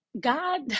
God